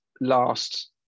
last